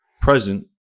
present